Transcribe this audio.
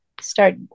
start